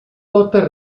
tota